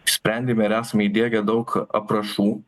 išsprendėme ar esame įdiegę daug aprašų